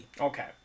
Okay